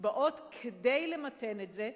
בקצבאות כדי למתן את זה,